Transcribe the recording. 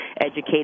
educate